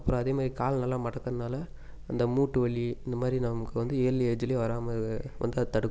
அப்புறோம் அதே மாதிரி கால் நல்லா மடக்கிறதுனால அந்த மூட்டுவலி இந்த மாதிரி நமக்கு வந்து இயர்லி எஜ்லேயே வராமல் வந்தால் தடுக்கும்